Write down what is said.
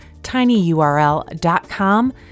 tinyurl.com